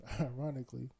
ironically